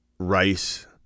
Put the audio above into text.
rice